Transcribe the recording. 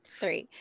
three